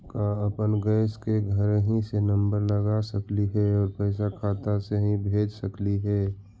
का अपन गैस के घरही से नम्बर लगा सकली हे और पैसा खाता से ही भेज सकली हे?